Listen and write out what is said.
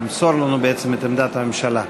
ימסור לנו בעצם את עמדת הממשלה.